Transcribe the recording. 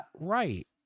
Right